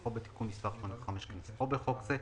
כנוסחו בתיקון מס' 85 כנוסחו בחוק זה,